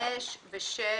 5 ו-6.